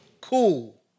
Cool